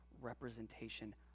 representation